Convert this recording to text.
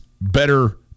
better